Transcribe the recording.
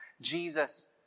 Jesus